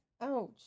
ouch